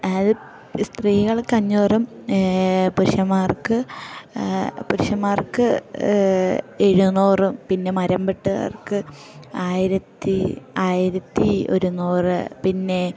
അത് സ്ത്രീകൾക്കഞ്ഞൂറും പുരുഷന്മാർക്ക് പുരുഷന്മാർക്ക് എഴുന്നൂറും പിന്നെ മരംവെട്ടുകാർക്ക് ആയിരത്തി ആയിരത്തി ഒരുന്നൂറ് പിന്നെ